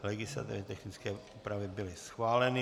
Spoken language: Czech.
Legislativně technické úpravy byly schváleny.